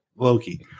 Loki